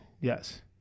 yes